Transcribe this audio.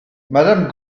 madame